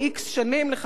ל-50 שנה,